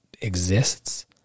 exists